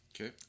Okay